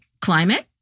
climate